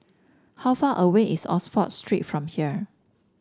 how far away is Oxford Street from here